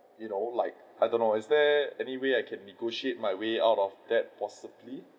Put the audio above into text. you know like I don't know is there any way I can negotiate my way out of that possibly